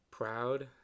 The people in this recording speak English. Proud